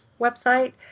website